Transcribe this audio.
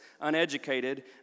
uneducated